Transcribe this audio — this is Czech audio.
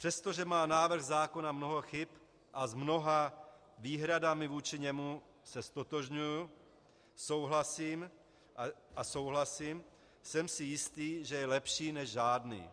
Přestože má návrh zákona mnoho chyb a s mnoha výhradami vůči němu se ztotožňuji a souhlasím, jsem si jistý, že je lepší než žádný.